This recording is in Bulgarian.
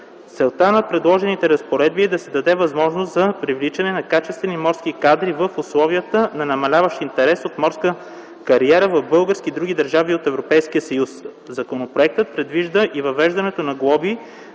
Целта на предложените разпоредби е да се даде възможност за привличане на качествени морски кадри в условията на намаляващ интерес от морска кариера в България и други държави от Европейския съюз. Законопроектът предвижда и въвеждането на глоби